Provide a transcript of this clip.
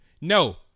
no